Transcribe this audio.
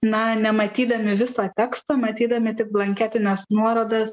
na nematydami viso teksto matydami tik blanketines nuorodas